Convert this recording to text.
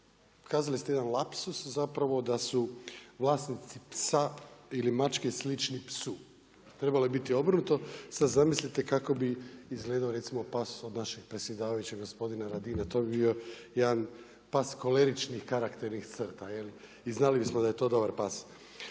kazali ste jedan lapsus da su vlasnici psa ili mačke slični psu. Trebalo je biti obrnuto, sada zamislite kako bi izgledao pas od našeg predsjedavajućeg gospodina Radina, to bi bio jedan pas koleričnih karakternih crta i znali bismo da je to dobar pas.